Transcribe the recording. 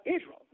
Israel